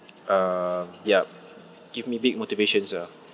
uh yup give me big motivations ah